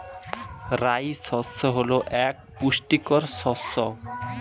রাই শস্য হল এক পুষ্টিকর শস্য